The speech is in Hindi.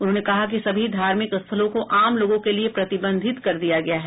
उन्होंने कहा कि सभी धार्मिक स्थलों को आम लोगों के लिए प्रतिबंधित कर दिया गया है